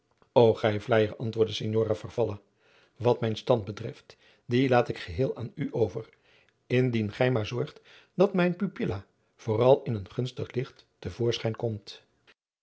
gij vleijer antwoordde signora farfalla wat mijn stand betreft dien laat ik geheel aan u over indien gij maar zorgt dat mijn pupila vooral in een gunstig licht te voorschijn komt